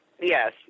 Yes